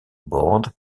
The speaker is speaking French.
board